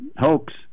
hoax